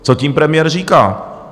Co tím premiér říká?